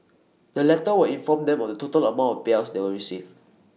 the letter will inform them of the total amount payouts they will receive